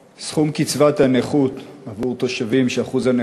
קצבת הנכות עבור תושבים שאחוז הנכות